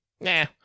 nah